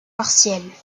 partielle